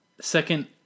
Second